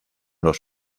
los